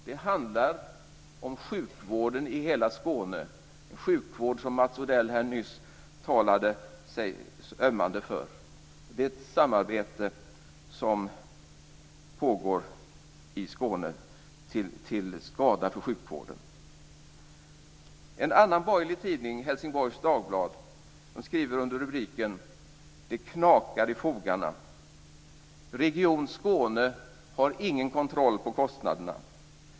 Det handlar om sjukvården i hela Skåne, sjukvården som Mats Odell här nyss ömmade för. Det är ett samarbete som pågår i Skåne till skada för sjukvården. En annan borgerlig tidning, Helsingborgs Dagblad, skriver under rubriken Det knakar i fogarna: Region Skåne har ingen kontroll på kostnaderna.